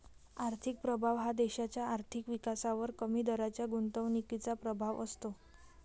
आर्थिक प्रभाव हा देशाच्या आर्थिक विकासावर कमी दराच्या गुंतवणुकीचा प्रभाव असतो